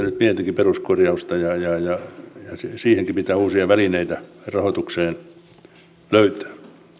nyt pientäkin peruskorjausta ja ja siihenkin rahoitukseen pitää uusia välineitä löytää